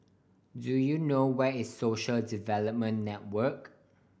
do you know where is Social Development Network